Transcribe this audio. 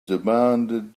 demanded